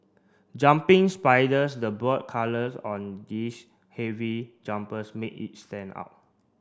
jumping spiders the bold colours on this heavy jumpers made each stand out